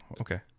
Okay